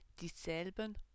dieselben